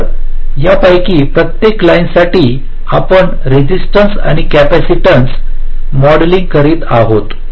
तर यापैकी प्रत्येक लाईनसाठी आपण रेसिस्टन्स आणि कॅपॅसिटन्स मॉडेलिंग करीत आहोत